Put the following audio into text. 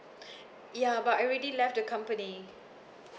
ya but I already left the company